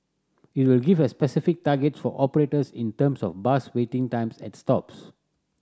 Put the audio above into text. it will give a specific targets for operators in terms of bus waiting times at stops